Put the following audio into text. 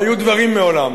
והיו דברים מעולם,